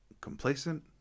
complacent